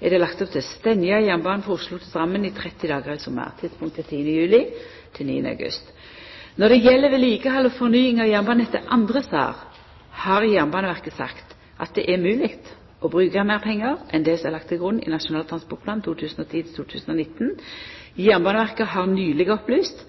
er det lagt opp til å stengja jernbanen frå Oslo til Drammen i 30 dagar i sommar. Tidspunktet er 10. juli–9. august. Når det gjeld vedlikehald og fornying av jernbanenettet andre stader, har Jernbaneverket sagt at det er mogleg å bruka meir pengar enn det som er lagt til grunn i Nasjonal transportplan 2010–2019. Jernbaneverket har nyleg opplyst